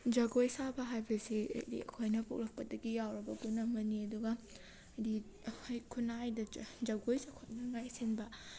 ꯖꯒꯣꯏ ꯁꯥꯕ ꯍꯥꯏꯕꯁꯤ ꯑꯩꯗꯤ ꯑꯩꯈꯣꯏꯅ ꯄꯣꯛꯂꯛꯄꯗꯒꯤ ꯌꯥꯎꯔꯕ ꯒꯨꯟ ꯑꯃꯅꯤ ꯑꯗꯨꯒ ꯍꯥꯏꯗꯤ ꯑꯩꯈꯣꯏ ꯈꯨꯟꯅꯥꯏꯗ ꯖꯒꯣꯏꯁꯦ ꯆꯥꯎꯈꯠꯅꯉꯥꯏ ꯁꯤꯟꯕ